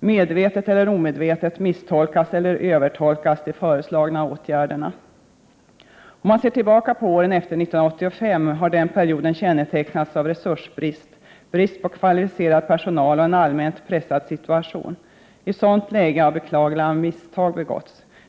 Medvetet eller omedvetet misstolkas eller övertolkas de föreslagna åtgärderna. Om man ser tillbaka på åren efter 1985, finner man att denna period har kännetecknats av resursbrist, brist på kvalificerad personal och en allmänt pressad situation. I ett sådant läge har beklagliga misstag begåtts.